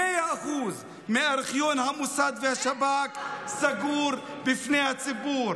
100% ארכיון המוסד והשב"כ סגור בפני הציבור.